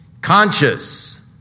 conscious